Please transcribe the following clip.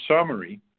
summary